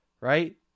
right